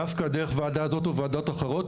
דווקא דרך ועדה זו או ועדות אחרות,